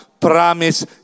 promise